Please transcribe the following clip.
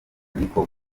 niko